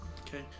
Okay